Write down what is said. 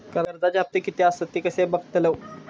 कर्जच्या हप्ते किती आसत ते कसे बगतलव?